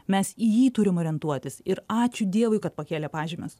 mes į jį turim orientuotis ir ačiū dievui kad pakėlė pažymius